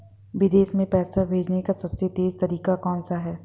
विदेश में पैसा भेजने का सबसे तेज़ तरीका कौनसा है?